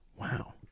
Wow